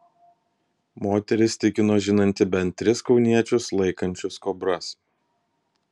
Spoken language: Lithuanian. moteris tikino žinanti bent tris kauniečius laikančius kobras